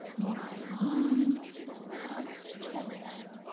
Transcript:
ah arms outstretched